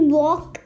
walk